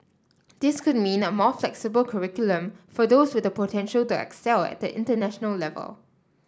this could mean a more flexible curriculum for those with the potential to excel at the international level